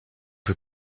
peu